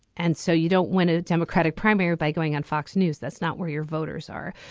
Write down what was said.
and so you don't win a democratic primary by going on fox news that's not where your voters are.